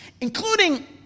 including